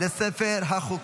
אני קובע כי הצעת חוק